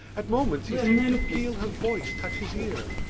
at moments he seemed to feel her voice touch his ear,